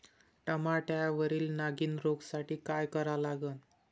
टमाट्यावरील नागीण रोगसाठी काय करा लागन?